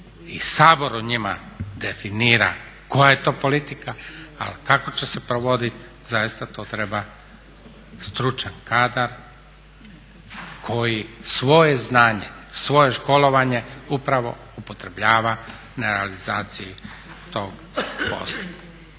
i Sabor o njima definira koja je to politika. Ali kako će se provoditi zaista to treba stručan kadar koji svoje znanje, svoje školovanje upravo upotrebljava na realizaciji tog posla.